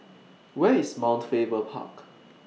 Where IS Mount Faber Park